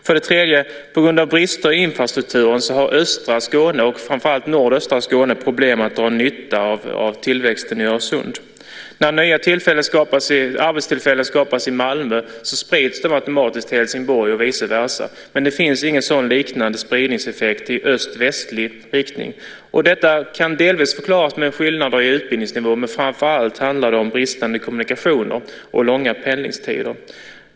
För det tredje har östra Skåne, och framför allt nordöstra Skåne, på grund av brister i infrastrukturen problem att dra nytta av tillväxten i Öresund. När nya arbetstillfällen skapas i Malmö sprids de automatiskt också till Helsingborg och vice versa, men det finns ingen liknande spridningseffekt i öst-västlig riktning. Detta kan delvis förklaras med skillnader i utbildningsnivå, men framför allt handlar det om bristande kommunikationer och långa pendlingstider.